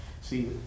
See